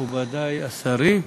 מכובדי השרים?